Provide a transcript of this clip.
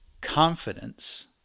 confidence